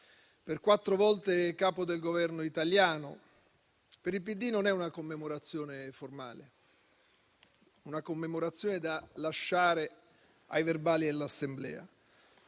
per quattro volte Capo del Governo italiano, per il Partito Democratico non è una commemorazione formale, una commemorazione da lasciare ai verbali dell'Assemblea.